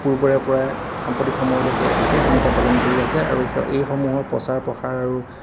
পূৰ্বৰেপৰাই সাম্প্ৰতিক সময়লৈকে বিশেষ ভূমিকা পালন কৰি আছে আৰু এইসমূহৰ প্ৰচাৰ প্ৰসাৰ আৰু